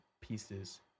pieces